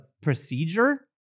procedure